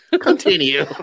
Continue